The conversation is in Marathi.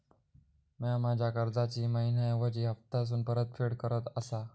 म्या माझ्या कर्जाची मैहिना ऐवजी हप्तासून परतफेड करत आसा